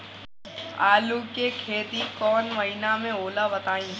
आलू के खेती कौन महीना में होला बताई?